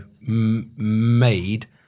made